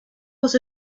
was